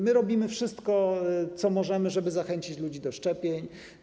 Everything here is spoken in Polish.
My robimy wszystko, co możemy, żeby zachęcić ludzi do szczepień.